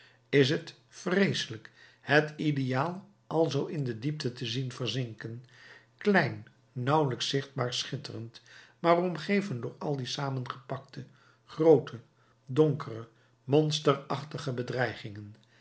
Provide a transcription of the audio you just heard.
is vreeselijk het ideaal alzoo in de diepte te zien verzinken klein nauwelijks zichtbaar schitterend maar omgeven door al die samengepakte groote donkere monsterachtige bedreigingen